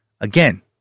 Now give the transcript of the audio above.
Again